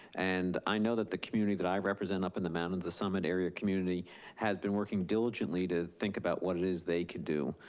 and i know that the community that i represent up in the mountains, the summit area community has been working diligently to think about what it is they can do.